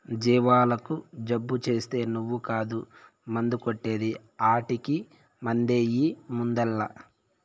జీవాలకు జబ్బు చేస్తే నువ్వు కాదు మందు కొట్టే ది ఆటకి మందెయ్యి ముందల్ల